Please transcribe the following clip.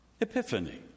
Epiphany